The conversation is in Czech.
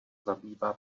zabývá